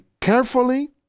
carefully